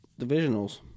divisionals